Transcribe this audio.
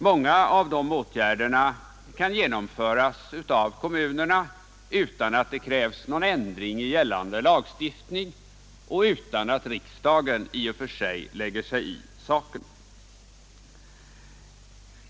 Många av de åtgärderna kan genomföras av kommunerna utan att det krävs någon ändring i gällande lagstiftning och utan att riksdagen i och för sig lägger sig i saken.